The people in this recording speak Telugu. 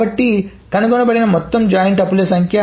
కాబట్టి కనుగొనబడిన మొత్తం జాయిన్ టుపుల్స్ సంఖ్య